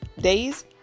days